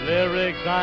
Lyrics